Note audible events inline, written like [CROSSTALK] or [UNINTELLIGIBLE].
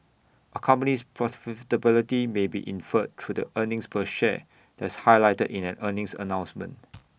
A company's [UNINTELLIGIBLE] may be inferred through the earnings per share that's highlighted in an earnings announcement